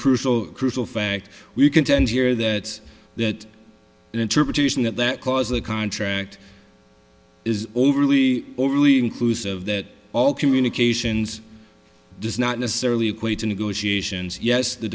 crucial crucial fact we contend here that that interpretation that that caused the contract is overly overly inclusive that all communications does not necessarily equate to negotiations yes the